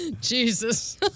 Jesus